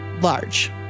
large